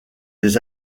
des